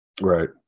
Right